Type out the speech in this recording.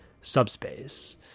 subspace